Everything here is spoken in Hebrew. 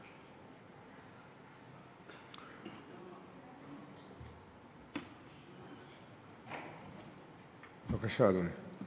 בבקשה, אדוני.